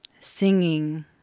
singing